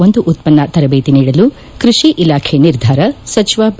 ಒಂದು ಉತ್ಪನ್ನ ತರಬೇತಿ ನೀಡಲು ಕೃಷಿ ಇಲಾಖೆ ನಿರ್ಧಾರ ಸಚಿವ ಬಿ